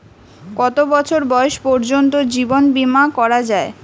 কত বছর বয়স পর্জন্ত জীবন বিমা করা য়ায়?